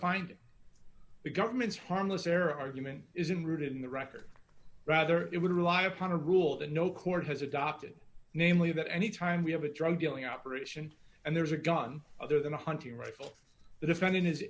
finding the government's harmless error argument isn't rooted in the record rather it would rely upon a rule that no court has adopted namely that anytime we have a drug dealing operation and there's a gun other than a hunting rifle defending his